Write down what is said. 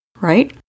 right